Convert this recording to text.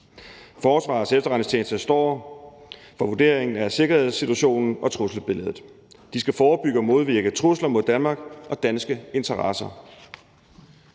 Forsvarets Efterretningstjeneste står for vurderingen af sikkerhedssituationen og trusselsbilledet. De skal forebygge og modvirke trusler mod Danmark og danske interesser.